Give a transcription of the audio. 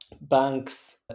banks